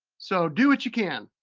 so do what you can.